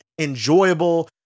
enjoyable